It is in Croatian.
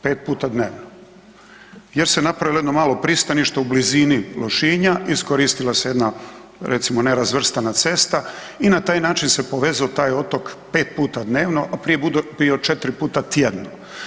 5 puta dnevno jer se napravilo jedno malo pristanište u blizini Lošinja, iskoristila se jedna recimo nerazvrstana cesta i na taj način se povezao taj otok 5 puta dnevno, a prije 4 puta tjedno.